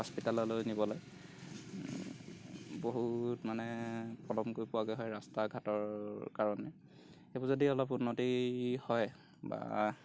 হস্পিটেললৈ নিবলৈ বহুত মানে পলমকৈ পোৱাগৈ হয় ৰাস্তা ঘাটৰ কাৰণে সেইবোৰ যদি অলপ উন্নতি হয় বা